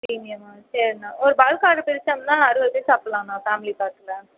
பிரீமியமாக சரிண்ணா ஒரு bulk order பிரிச்சம்னா அறுபது பேர் சாப்பிட்லாண்ணா ஃபேமிலி பேக்கில்